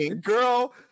girl